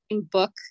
book